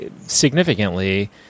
significantly